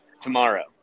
tomorrow